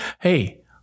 hey